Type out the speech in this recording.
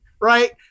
right